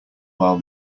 while